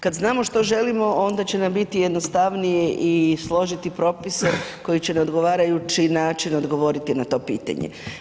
Kada znamo što želimo onda će nam biti jednostavnije i složiti propise koji će na odgovarajući način odgovoriti na to pitanje.